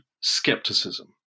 skepticism